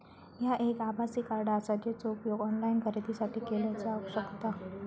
ह्या एक आभासी कार्ड आसा, जेचो उपयोग ऑनलाईन खरेदीसाठी केलो जावक शकता